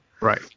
Right